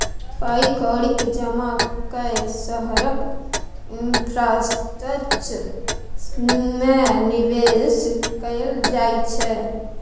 पाइ कौड़ीक जमा कए शहरक इंफ्रास्ट्रक्चर मे निबेश कयल जाइ छै